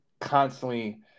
constantly